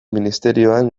ministerioan